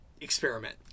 experiment